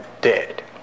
dead